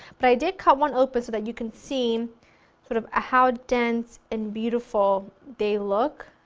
but i did cut one open so that you can see sort of ah how dense and beautiful they look.